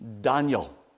Daniel